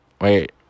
wait